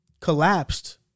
collapsed